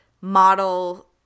model